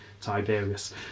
Tiberius